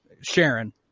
Sharon